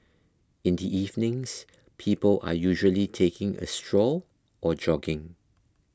in the evenings people are usually taking a stroll or jogging